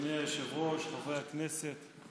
אדוני היושב-ראש, חברי הכנסת,